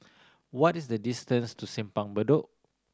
what is the distance to Simpang Bedok